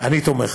אני תומך.